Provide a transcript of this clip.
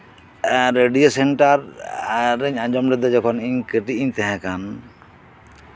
radio centre ᱞᱤᱧ ᱟᱸᱡᱚᱢ ᱞᱮᱫᱟ ᱡᱚᱠᱷᱚᱱ ᱠᱟᱹᱴᱤᱡ ᱤᱧ ᱛᱟᱸᱦᱮ ᱠᱟᱱᱟ